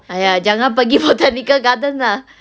!aiya! jangan pergi botanical gardens lah